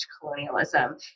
colonialism